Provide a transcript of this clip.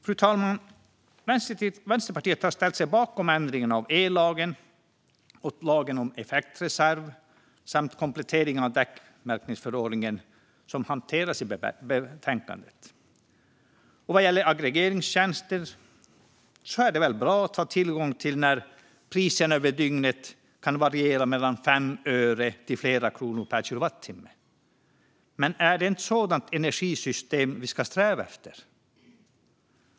Fru talman! Vänsterpartiet har ställt sig bakom ändringen av ellagen och lagen om effektreserv samt kompletteringen av däckmärkningsförordningen, som hanteras i betänkandet. Vad gäller aggregeringstjänster är det väl bra att ha tillgång till det när priserna över dygnet kan variera mellan 5 öre och flera kronor per kilowattimme, men är det ett sådant energisystem vi ska sträva efter?